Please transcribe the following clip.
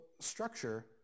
structure